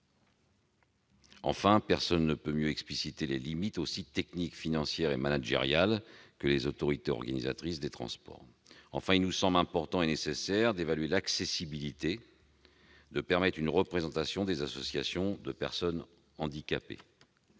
ailleurs, ne peut mieux expliciter les limites techniques, financières et managériales que les autorités organisatrices de transport. Enfin, il nous semble important et nécessaire d'évaluer l'accessibilité, donc de permettre une représentation des associations de personnes handicapées.